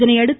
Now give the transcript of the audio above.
இதனையடுத்து